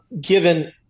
given